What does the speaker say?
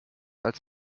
als